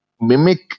mimic